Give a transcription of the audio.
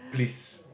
please